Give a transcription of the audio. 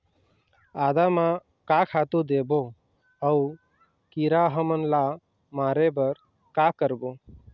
आदा म का खातू देबो अऊ कीरा हमन ला मारे बर का करबो?